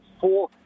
four